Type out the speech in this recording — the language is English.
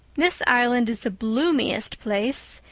this island is the bloomiest place.